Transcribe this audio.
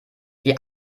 die